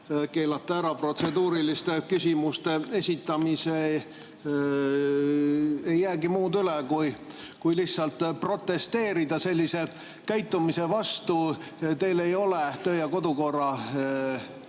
keelata ära protseduuriliste küsimuste esitamine, ei jäägi üle muud kui lihtsalt protesteerida sellise käitumise vastu. Teil ei ole töö‑ ja kodukorra